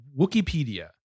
Wikipedia